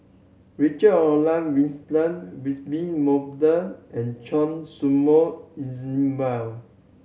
Richard Olaf Winstedt Wolter and Choy Su Moi